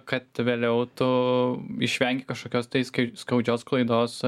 kad vėliau tu išvengi kažkokios tais skai skaudžios klaidos